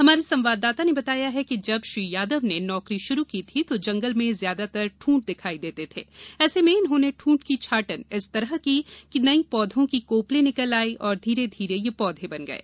हमारे संवाददाता ने बताया है कि जब श्री यादव ने नौकरी शुरू की थी तो जंगल में ज्यादातर ढूंठ दिखाई देते थे ऐसे में इन्होंने ढूंठ की छाटन इस तरह की कि नई पौधों की कोंपले निकल आई और धीरे धीरे यह पौधे बन गये